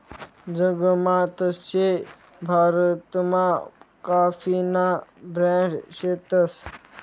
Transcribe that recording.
जगमा तशे भारतमा काफीना ब्रांड शेतस